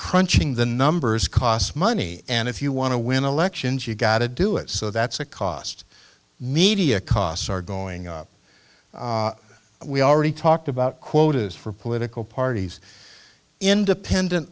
crunching the numbers costs money and if you want to win elections you gotta do it so that's a cost media costs are going up we already talked about quotas for political parties independent